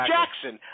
Jackson